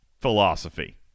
philosophy